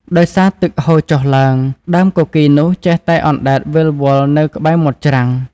ដោយសារទឹកហូរចុះឡើង ដើមគគីរនោះចេះតែអណ្តែតវិលវល់នៅក្បែរមាត់ច្រាំង។